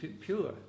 pure